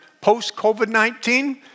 post-COVID-19